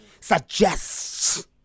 suggests